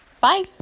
bye